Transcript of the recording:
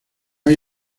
hay